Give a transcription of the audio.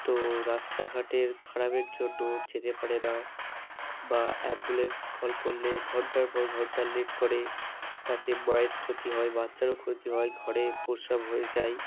তো রাস্তাঘাটের খারাপের জন্য যেতে পারে না বা অ্যাম্বুলেন্স কল করলে ঘণ্টার পর ঘণ্টা লেট করে তাতে মায়ের ক্ষতি হয় বাচ্চারও ক্ষতি হয় ঘরে প্রসব হয়ে যায়